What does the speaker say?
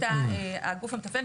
את הגוף המתפעל.